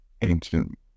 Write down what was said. ancient